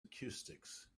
acoustics